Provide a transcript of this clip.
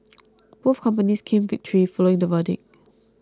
both companies claimed victory following the verdict